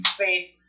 Space